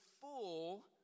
full